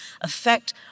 affect